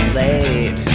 laid